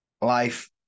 life